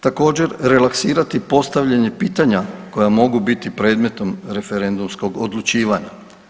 Također, relaksirati postavljanje pitanja koja mogu biti predmetom referendumskog odlučivanja.